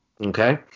Okay